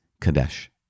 Kadesh